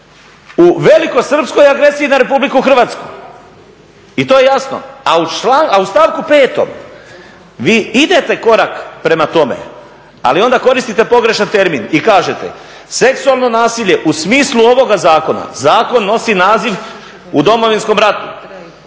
u velikosrpskoj agresiji na RH i to je jasno. A u stavku 5. vi idete korak prema tome ali onda koristite pogrešan termin i kažete seksualno nasilje u smislu ovoga zakona, zakon nosi naziv u Domovinskom ratu,